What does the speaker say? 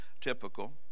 typical